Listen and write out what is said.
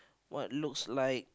what looks like